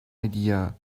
idea